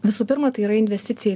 visų pirma tai yra investicija